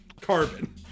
Carbon